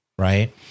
Right